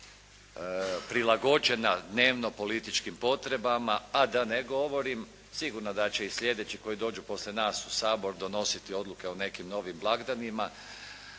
prilagođena dnevno političkim potrebama, a da ne govorim, sigurno da će i sljedeći koji dođu poslije nas u Sabor, donositi odluke o nekim novim blagdanima,